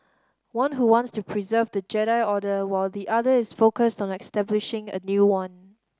one who wants to preserve the Jedi Order while the other is focused on establishing a new one